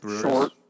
Short